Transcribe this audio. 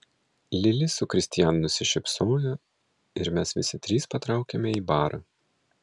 lili su kristijanu nusišypsojo ir mes visi trys patraukėme į barą